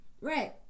Right